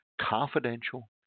confidential